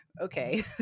okay